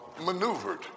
maneuvered